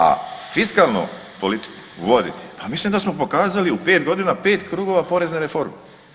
A fiskalnu politiku voditi, pa mislim da smo pokazali u 5 godina, 5 krugova porezne reforme.